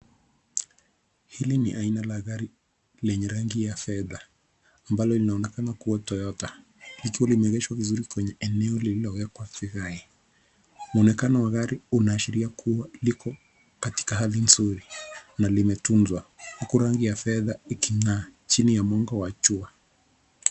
Hili ni aina la gari lenye rangi ya fedha ambalo linaonekana kuwa Toyota likiwa limeegeshwa vizuri kwenye eneo lililowekwa vigae. Muonekano wa gari unaashiria kuwa liko katika hali nzuri na limetunzwa huku rangi ya fedha iking'aa chini ya mwanga wa jua.